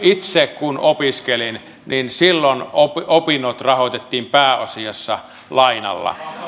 itse kun opiskelin niin silloin opinnot rahoitettiin pääasiassa lainalla